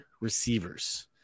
receivers